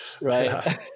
right